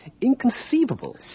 Inconceivable